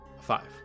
Five